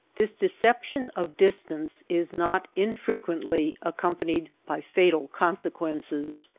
this deception of distance is not infrequently accompanied by fatal consequences.